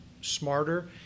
smarter